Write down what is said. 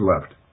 left